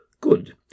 Good